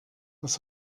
was